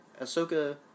Ahsoka